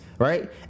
Right